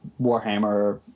warhammer